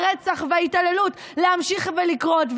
הרצח וההתעללות להמשיך לקרות.